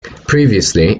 previously